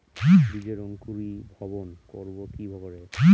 বীজের অঙ্কুরিভবন করব কি করে?